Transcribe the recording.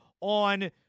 on